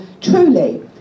truly